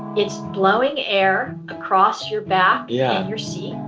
it's blowing air across your back yeah and your seat.